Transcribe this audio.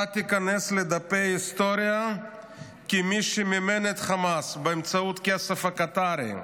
אתה תיכנס לדפי ההיסטוריה כמי שמימן את חמאס באמצעות הכסף הקטרי.